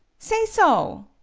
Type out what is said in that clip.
say so!